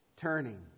turning